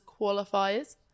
qualifiers